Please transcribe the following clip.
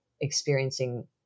experiencing